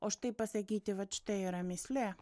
o štai pasakyti vat štai yra mįslė